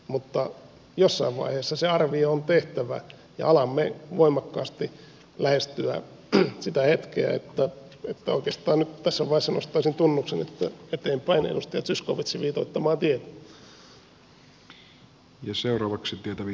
mutta jossain vaiheessa se arvio on tehtävä ja alamme voimakkaasti lähestyä sitä hetkeä joten oikeastaan nyt tässä vaiheessa nostaisin tunnuksen että eteenpäin edustaja zyskowiczin viitoittamaa tietä